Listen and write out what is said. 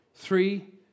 Three